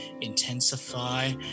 intensify